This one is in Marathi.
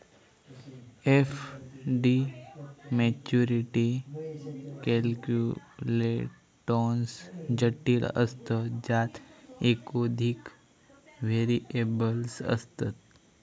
एफ.डी मॅच्युरिटी कॅल्क्युलेटोन्स जटिल असतत ज्यात एकोधिक व्हेरिएबल्स असतत